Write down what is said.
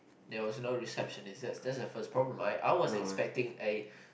there was no receptionist that's that's the first problem I I was expecting a